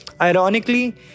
Ironically